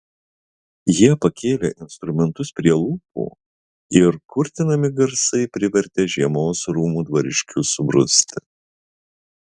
jie pakėlė instrumentus prie lūpų ir kurtinami garsai privertė žiemos rūmų dvariškius subruzti